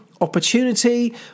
opportunity